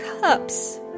Cups